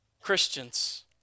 Christians